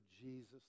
Jesus